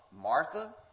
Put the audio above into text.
Martha